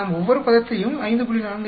நாம் ஒவ்வொரு பதத்தையும் 5